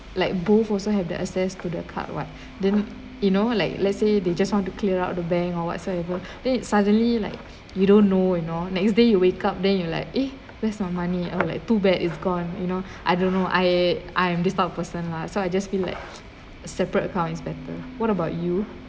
like both also have the access to the card [what] then you know like let's say they just want to clear up the bank or whatsoever then it suddenly like you don't know you know next day you wake up then you like eh where's my money I were like too bad is gone you know I don't know I I am this type person lah so I just feel like separate account is better what about you